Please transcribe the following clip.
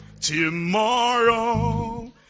Tomorrow